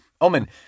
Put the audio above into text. Omen